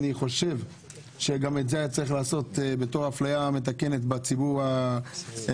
אני חושב שגם את זה היה צריך לעשות בתור אפליה מתקנת בציבור החרדי.